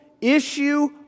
issue